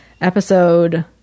episode